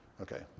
Okay